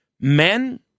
Men